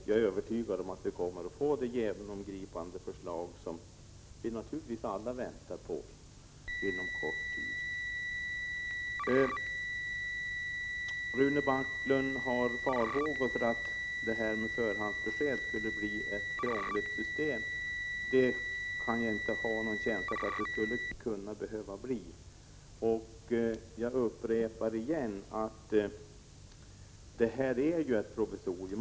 Jag är övertygad om att vi inom kort kommer att få det genomgripande förslag som vi alla väntar på. Rune Backlund hyser farhågor för att ett system med förhandsbesked skulle bli krångligt. Jag själv har ingen känsla av att det behöver bli det. Låt mig upprepa att det är fråga om ett provisorium.